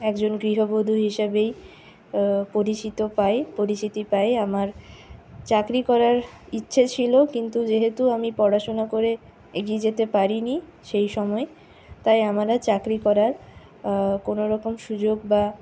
একজন গৃহবধূ হিসাবেই পরিচিত পাই পরিচিতি পাই আমার চাকরি করার ইচ্ছা ছিল কিন্তু যেহেতু আমি পড়াশোনা করে এগিয়ে যেতে পারিনি সেই সময় তাই আমার আর চাকরি করার কোনওরকম সুযোগ বা